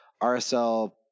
rsl